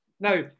Now